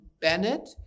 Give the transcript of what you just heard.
Bennett